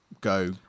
Go